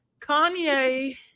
kanye